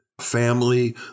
family